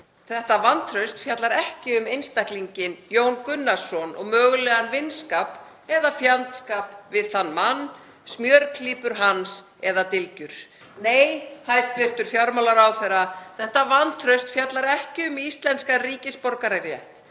Þetta vantraust fjallar ekki um einstaklinginn Jón Gunnarsson og mögulegan vinskap eða fjandskap við þann mann, smjörklípur hans eða dylgjur. Nei, hæstv. fjármálaráðherra. Þetta vantraust fjallar ekki um íslenskan ríkisborgararétt